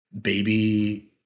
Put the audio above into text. baby